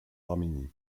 arménie